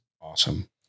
awesome